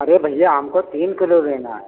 अरे भैया हमको तीन किलो लेना है